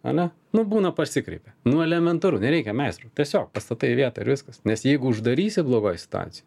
ane nu būna persikreipia nu elementaru nereikia meistro tiesiog pastatai į vietą ir viskas nes jeigu uždarysi blogoj situacijoj